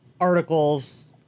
articles